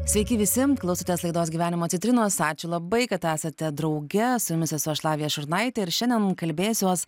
sveiki visi klausotės laidos gyvenimo citrinos ačiū labai kad esate drauge su jumis esu aš lavija šurnaitė ir šiandien kalbėsiuos